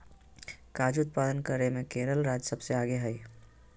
काजू उत्पादन करे मे केरल राज्य सबसे आगे हय